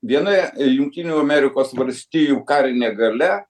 vienoje jungtinių amerikos valstijų karinė galia